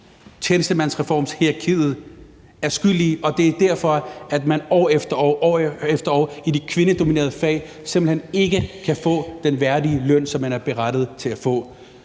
tjenestemandsreformshierarkiet er skyld i, og som er skyld i, at man år efter år i de kvindedominerede fag simpelt hen ikke kan få den værdige løn, som man er berettiget til at få.